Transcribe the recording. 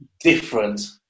different